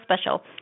special